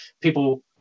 people